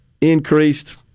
Increased